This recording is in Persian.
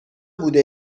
بوده